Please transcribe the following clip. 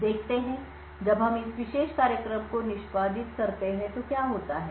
अब देखते हैं कि जब हम इस विशेष कार्यक्रम को निष्पादित करते हैं तो क्या होता है